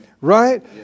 Right